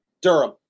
Durham